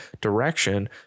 direction